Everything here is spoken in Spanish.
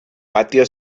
patio